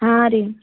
ಹಾಂ ರೀ